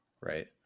right